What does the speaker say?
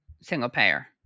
single-payer